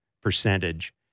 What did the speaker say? percentage